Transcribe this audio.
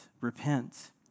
Repent